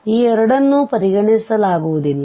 ಆದ್ದರಿಂದ ಈ ಎರಡನ್ನೂ ಪರಿಗಣಿಸಲಾಗುವುದಿಲ್ಲ